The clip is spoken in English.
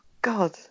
God